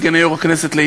חברי וחברות הכנסת,